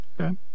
Okay